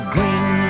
Green